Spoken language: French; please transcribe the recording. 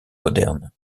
modernes